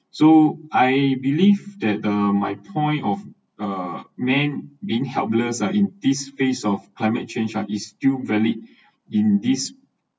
so I believe that uh my point of a man being helpless uh in this face of climate change is still valid in this